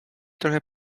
trochę